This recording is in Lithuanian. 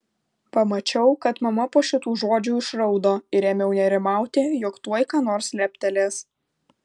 pamačiau kad mama po šitų žodžių išraudo ir ėmiau nerimauti jog tuoj ką nors leptelės